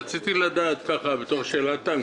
רציתי לשאול שאלת תם.